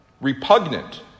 Repugnant